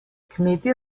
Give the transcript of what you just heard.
kmetje